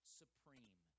supreme